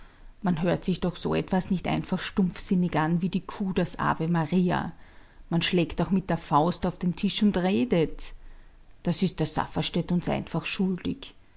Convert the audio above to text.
man hört sich doch so etwas nicht einfach stumpfsinnig an wie die kuh das ave maria man schlägt doch mit der faust auf den tisch und redet das ist der safferstätt uns einfach schuldig